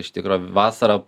iš tikro vasarą